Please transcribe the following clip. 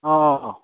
ꯑꯣ ꯑꯣ